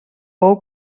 pou